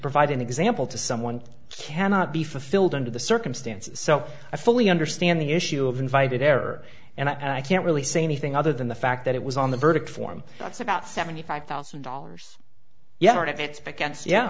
provide an example to someone cannot be fulfilled under the circumstances so i fully understand the issue of invited error and i can't really say anything other than the fact that it was on the verdict form that's about seventy five thousand dollars